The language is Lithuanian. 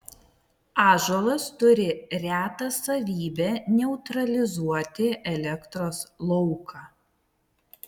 ąžuolas turi retą savybę neutralizuoti elektros lauką